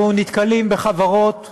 אנחנו נתקלים בחברות קנייה,